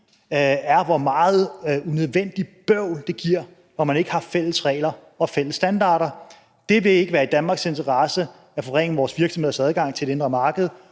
er, hvor meget unødvendigt bøvl det giver, når man ikke har fælles regler og fælles standarder. Det vil ikke være i Danmarks interesse at forringe vores virksomheders adgang til det indre marked.